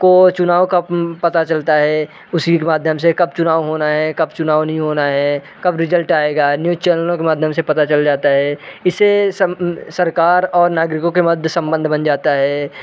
को चुनाव का पता चलता है उसी माध्यम से कब चुनाव होना है कब चुनाव नही होना है कब रिज़ल्ट आएगा न्यूज चैनलों के माध्यम से पता चल जाता इससे सर सरकार और नागरिकों के मध्य संबंध बन जाता है